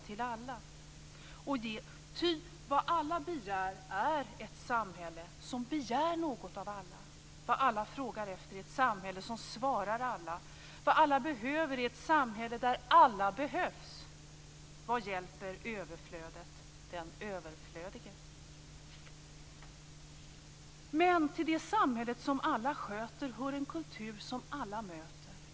Ty vad alla begär är ett samhälle som begär något av alla. Vad alla frågar efter är ett samhälle som svarar alla. Vad alla behöver är ett samhälle där alla behövs. - Vad hjälper överflödet den överflödige? Men till det samhället som alla sköter hör en kultur som alla möter.